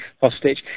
hostage